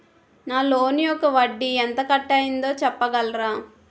నా లోన్ యెక్క వడ్డీ ఎంత కట్ అయిందో చెప్పగలరా?